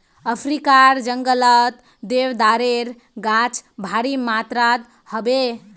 अफ्रीकार जंगलत देवदारेर गाछ भारी मात्रात ह बे